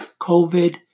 COVID